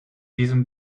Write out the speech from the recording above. diesem